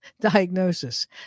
diagnosis